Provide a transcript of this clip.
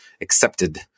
accepted